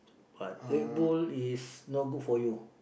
but Red Bull is not good for you